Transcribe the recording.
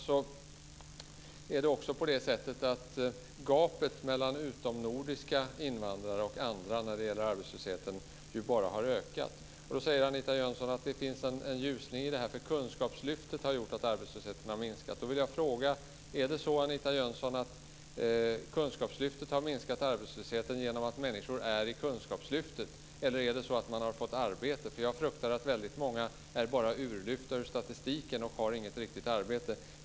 Vidare är det så att gapet mellan utomnordiska invandrare och andra bara har ökat när det gäller arbetslösheten men Anita Jönsson talar om en ljusning. Hon säger att Kunskapslyftet har gjort att arbetslösheten har minskat. Men är det så, Anita Jönsson, att Kunskapslyftet har minskat arbetslösheten genom att människor finns i Kunskapslyftet eller är det så att människor har fått arbete? Jag fruktar att många bara är lyfta ur statistiken och inte har ett riktigt arbete.